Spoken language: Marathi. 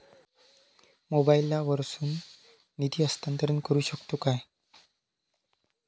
मोबाईला वर्सून निधी हस्तांतरण करू शकतो काय?